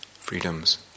freedoms